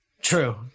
True